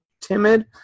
timid